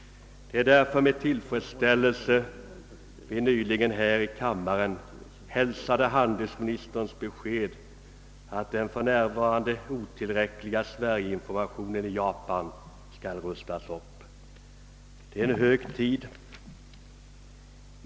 Det är därför med tillfredsställelse vi nyligen här i kammaren hälsade handelsministerns besked att den för närvarande otillräckliga sverigeinformationen i Japan skall rustas upp. Det är hög tid.